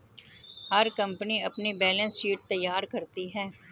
हर company अपनी balance sheet तैयार करती है